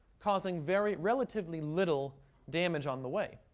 causing very relatively little damage on the way.